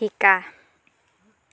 শিকা